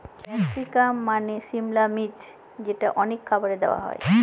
capsicum মানে সিমলা মির্চ যেটা অনেক খাবারে দেওয়া হয়